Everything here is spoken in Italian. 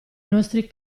nostri